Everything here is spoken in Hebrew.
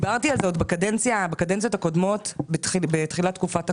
עוד בתחילת תקופת הקורונה.